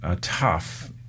tough